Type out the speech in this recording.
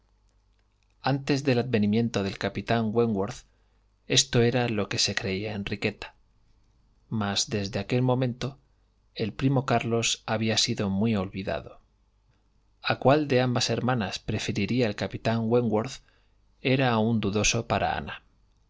antes del advenimiento del capitán wentworth esto era lo que se creía enriqueta mas desde aquel momento el primo carlos había sido muy olvidado a cuál de ambas hermanas prefería ej capitán wentworth era aún dudoso para ana